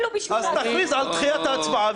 תכריז על דחיית ההצבעה.